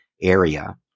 area